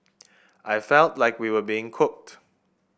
I felt like we were being cooked